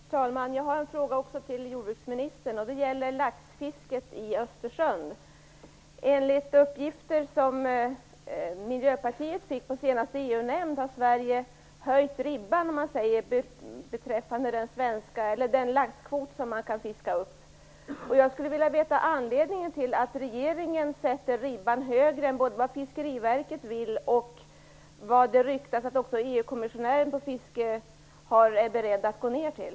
Fru talman! Också jag har en fråga till jordbruksministern. Det gäller laxfisket i Östersjön. EU-nämndssammanträdet har Sverige höjt ribban beträffande laxkvoten. Jag skulle vilja veta anledningen till att regeringen sätter ribban högre än både Fiskeriverket och vad EU-kommissionären inom fiske är beredd att gå ned till.